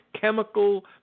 chemical